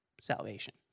Salvation